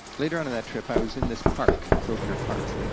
later on in that trip i was in this park, frogner park,